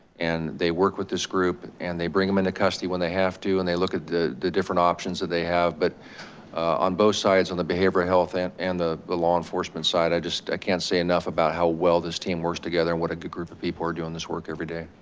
and they work with this group and they bring them into custody when they have to and they look at the the different options that they have. but on both sides on the behavioral health and and the the law enforcement side, i just can't say enough about how well this team works together what a good group of people are doing this work every day.